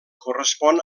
correspon